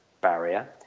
barrier